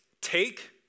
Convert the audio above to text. Take